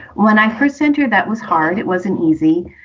when i first center, that was hard. it wasn't easy.